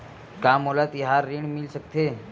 का मोला तिहार ऋण मिल सकथे?